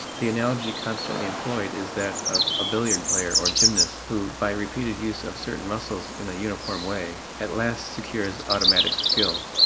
the analogy constantly employed is that of a billiard player or gymnast, who by repeated use of certain muscles in a uniform way at last secures automatic skill.